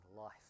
life